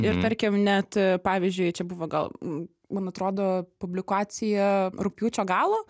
ir tarkim net pavyzdžiui čia buvo gal man atrodo publikacija rugpjūčio galo